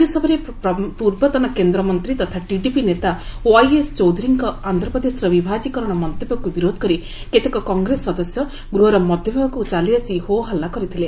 ରାଜ୍ୟସଭାରେ ପୂର୍ବତନ କେନ୍ଦ୍ରମନ୍ତ୍ରୀ ତଥା ଟିଡିପି ନେତା ୱାଇ ଏସ୍ ଚୌଧୁରୀଙ୍କ ଆନ୍ଧ୍ରପ୍ରଦେଶର ବିଭାଜୀକରଣ ମନ୍ତବ୍ୟକୁ ବିରୋଧ କରି କେତେକ କଂଗ୍ରେସ ସଦସ୍ୟ ଗୂହର ମଧ୍ୟଭାଗକୁ ଚାଲିଆସି ହୋ ହଲ୍ଲା କରିଥିଲେ